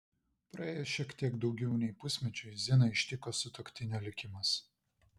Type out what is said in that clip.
praėjus šiek tiek daugiau nei pusmečiui ziną ištiko sutuoktinio likimas